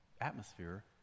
atmosphere